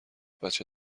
بچه